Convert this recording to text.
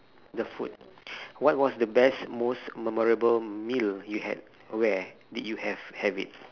the food what was the best most memorable meal you had where did you have have it